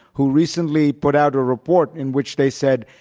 who recently put out a report in which they said,